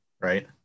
right